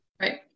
Right